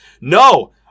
no